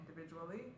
individually